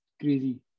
crazy